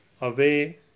away